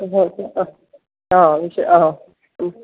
ഉവ്വ് ആ ആണോ ആണോ മ്മ്